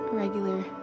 regular